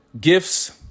gifts